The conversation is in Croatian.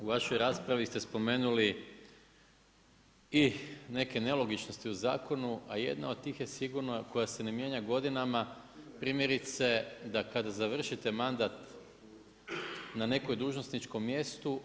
U vašoj raspravi ste spomenuli i neke nelogičnosti u zakonu, a jedna od tih je sigurno koja se ne mijenja godinama primjerice da kada završite mandat na nekom dužnosničkom mjestu.